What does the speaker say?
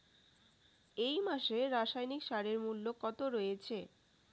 এই মাসে রাসায়নিক সারের মূল্য কত রয়েছে?